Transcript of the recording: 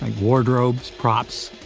ah wardrobes, props,